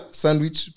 sandwich